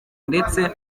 ndetse